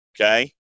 okay